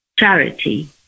charity